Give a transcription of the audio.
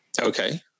Okay